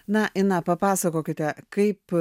na ina papasakokite kaip